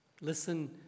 listen